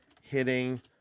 hitting